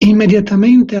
immediatamente